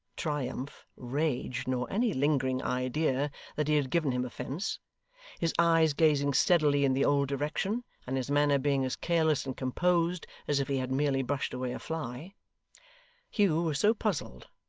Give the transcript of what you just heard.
triumph, rage, nor any lingering idea that he had given him offence his eyes gazing steadily in the old direction, and his manner being as careless and composed as if he had merely brushed away a fly hugh was so puzzled,